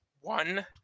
one